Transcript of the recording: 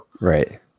Right